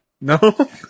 No